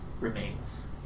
remains